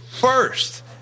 first